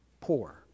poor